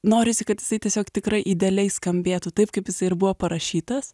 norisi kad jisai tiesiog tikrai idealiai skambėtų taip kaip jisai ir buvo parašytas